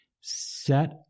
Set